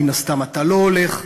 מן הסתם אתה לא הולך,